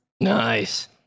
Nice